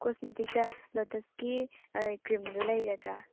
ꯀꯣꯁꯃꯦꯇꯤꯛꯇ ꯂꯣꯇꯁꯀꯤ ꯀ꯭ꯔꯤꯝꯗꯣ ꯂꯩꯒꯗ꯭ꯔ